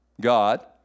God